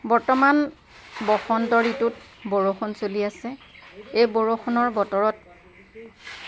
বৰ্তমান বসন্ত ঋতুত বৰষুণ চলি আছে এই বৰষুণৰ বতৰত